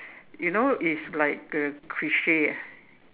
you know it's like the cliche ah